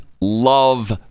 love